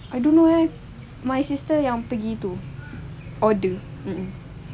I don't know eh my sister yang pergi tu order mm mm